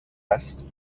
است